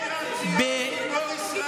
מאיר הר-ציון גיבור ישראל.